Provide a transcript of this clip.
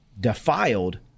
defiled